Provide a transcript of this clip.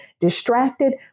distracted